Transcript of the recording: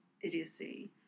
idiocy